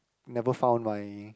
never found my